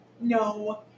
No